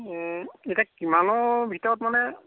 এ এতিয়া কিমানৰ ভিতৰত মানে